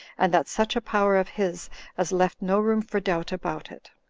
and that such a power of his as left no room for doubt about it.